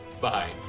Bye